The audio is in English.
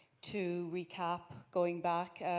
to recap, going back,